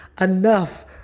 enough